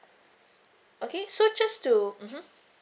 okay so just to mmhmm